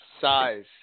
size